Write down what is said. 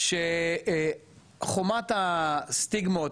שחומת הסטיגמות,